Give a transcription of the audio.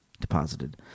Deposited